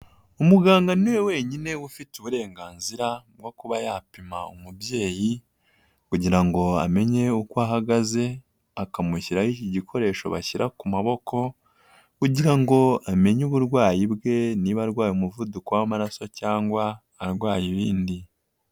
Umuganga ni we wenyine ufite uburenganzira bwo kuba yapima umubyeyi, kugira ngo amenye uko ahagaze, akamushyiraho iki gikoresho bashyira ku maboko kugira ngo amenye uburwayi bwe, niba arwaye umuvuduko w'amaraso cyangwa arwaye ibindi.